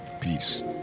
Peace